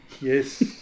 Yes